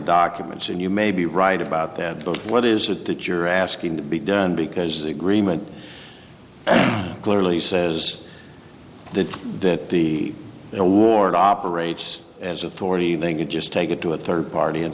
documents and you may be right about that but what is it that you're asking to be done because the agreement clearly says that that the award operates as authority then you just take it to a third party and